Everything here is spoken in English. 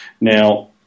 Now